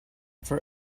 for